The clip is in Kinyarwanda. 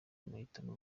amahitamo